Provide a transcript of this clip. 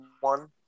one